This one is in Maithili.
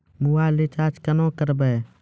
मोबाइल रिचार्ज केना करबै?